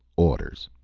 orders.